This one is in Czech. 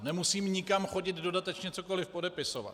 Nemusím nikam chodit dodatečně cokoli podepisovat.